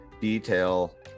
detail